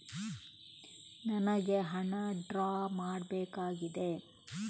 ನನಿಗೆ ಹಣ ಡ್ರಾ ಮಾಡ್ಬೇಕಾಗಿದೆ